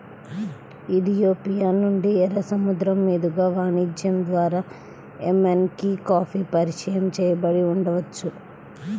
Ethiopia నుండి, ఎర్ర సముద్రం మీదుగా వాణిజ్యం ద్వారా ఎమెన్కి కాఫీ పరిచయం చేయబడి ఉండవచ్చు